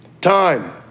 Time